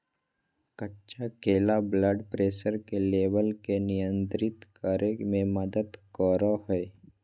कच्चा केला blood pressure के लेवल के नियंत्रित करय में मदद करो हइ